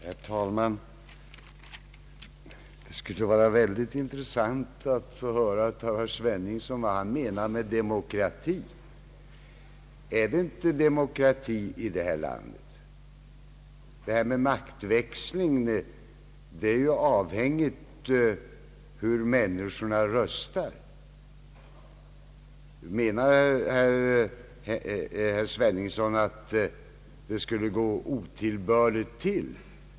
Herr talman! Det skulle vara mycket intressant att av herr Sveningsson få höra vad han menar med demokrati. är det inte demokrati här i landet? Detta med maktväxling är ju avhängigt av hur människorna röstar. Menar herr Sveningsson att det skulle gå otillbörligt till?